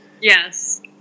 Yes